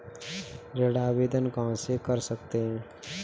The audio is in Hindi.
ऋण आवेदन कहां से कर सकते हैं?